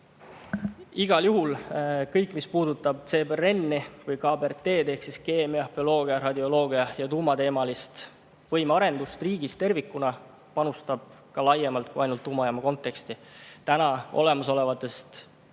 Igal juhul kõik, mis puudutab CBRN-i või KBRT-d ehk keemia-, bioloogia-, radioloogia- ja tuumateemalist võimearendust riigis tervikuna, [toob kasu] laiemalt kui ainult tuumajaama kontekstis. Olemasolevatele